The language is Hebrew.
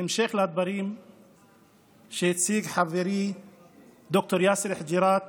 בהמשך לדברים שהציג חברי ד"ר יאסר חוג'יראת